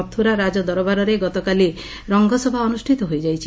ମଥୁରା ରାଜ ଦରବାରରେ ଗତକାଲି ରଙ୍ଗସଭା ଅନୁଷିତ ହୋଇଯାଇଛି